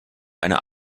einer